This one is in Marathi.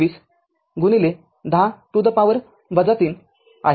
२५१० to the power ३ आहे